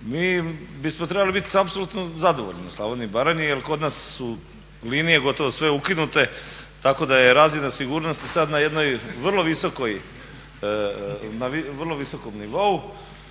mi bismo trebali biti apsolutno zadovoljni u Slavoniji i Baranji jer kod nas su linije gotovo sve ukinute, tako da je razina sigurnosti sad na jednoj vrlo visokom nivou.